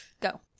go